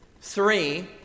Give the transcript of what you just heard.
Three